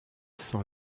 sans